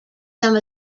some